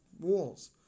walls